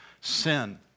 sin